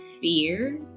fear